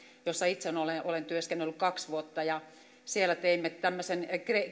jossa itse olen olen työskennellyt kaksi vuotta siellä teimme tämmöisen